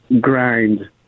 grind